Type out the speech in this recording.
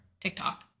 TikTok